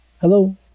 Hello